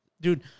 Dude